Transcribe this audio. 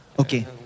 Okay